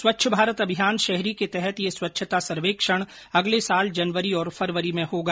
स्वच्छ भारत अभियान शहरी के तहत यह स्वच्छता सर्वेक्षण अगले साल जनवरी और फरवरी में होगा